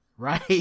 right